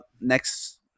next